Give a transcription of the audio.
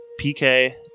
PK